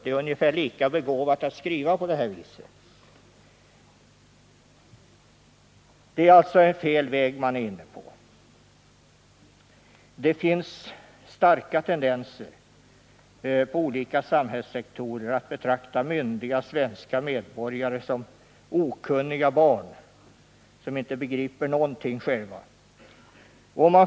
Det är ungefär lika begåvat att skriva på det här sättet. Man är alltså inne på fel väg. Inom olika samhällssektorer finns det starka tendenser att betrakta myndiga svenska medborgare som okunniga barn som inte begriper någonting själva.